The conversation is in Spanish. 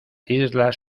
islas